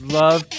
love